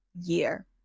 year